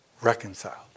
reconciled